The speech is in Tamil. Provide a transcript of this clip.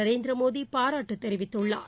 நரேந்திரமோடிபாராட்டுதெரிவித்துள்ளார்